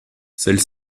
celle